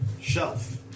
Shelf